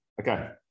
Okay